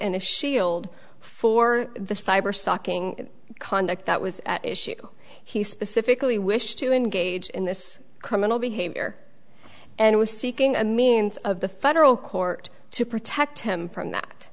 and a shield for the cyberstalking conduct that was issued he specifically wished to engage in this criminal behavior and was seeking a means of the federal court to protect him from that